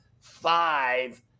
five